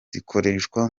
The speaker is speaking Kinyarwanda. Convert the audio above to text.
zikoreshwa